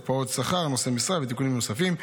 הקפאות שכר נושאי משרה ותיקונים נוספים.